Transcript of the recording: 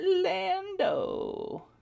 Lando